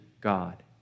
God